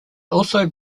also